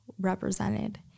represented